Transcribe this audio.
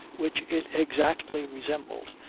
which it exactly resembled,